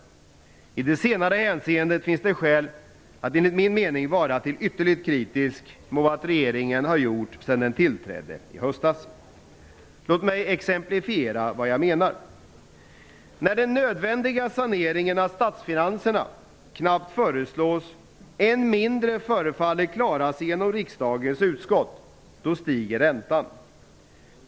I det senare hänseendet finns det skäl att enligt min mening vara ytterligt kritisk mot vad regeringen har gjort sedan den tillträdde i höstas. Låt mig exemplifiera vad jag menar. När den nödvändiga saneringen av statsfinanserna knappt ens föreslås, än mindre förefaller klara sig igenom riksdagens utskott, då stiger räntan.